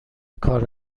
کار